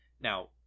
Now